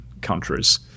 countries